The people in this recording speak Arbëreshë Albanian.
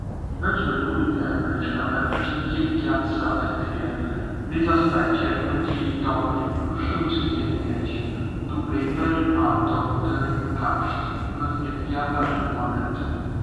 Një veçori unike e breshkave është jetëgjatësia e tyre. Disa specie mund të jetojnë më shumë se një qind vjet, duke i bërë ato ndër kafshët më jetëgjata në planet.